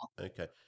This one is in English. okay